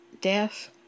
Death